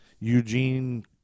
Eugene